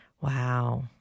Wow